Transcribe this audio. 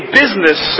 business